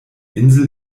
insel